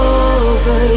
over